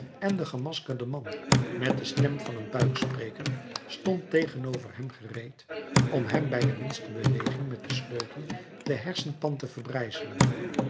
en de gemaskerde man met de stem van een buikspreker stond tegenover hem gereed om hem bij de minste beweging met den sleutel de hersenpan te verbrijzelen